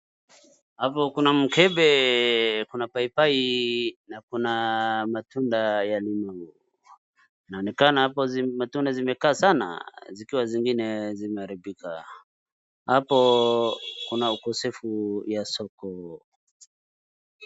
Hapo kuna mkebe, kuna paipai na kuna matunda aina mingi. Inaonekana hapo matunda zimekaa sana ikiwa zingine zimeharibika, hapo kuna ukosefu wa soko.